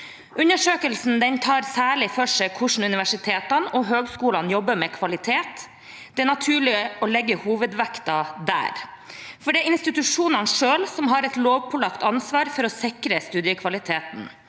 Undersøkelsen tar særlig for seg hvordan universitetene og høyskolene jobber med kvalitet. Det er naturlig å legge hovedvekten der, for det er institusjonene selv som har et lovpålagt ansvar for å sikre studiekvaliteten.